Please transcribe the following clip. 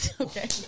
Okay